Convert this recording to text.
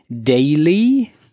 daily